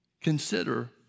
Consider